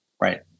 Right